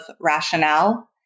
rationale